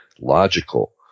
logical